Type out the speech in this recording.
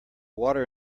water